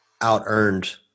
out-earned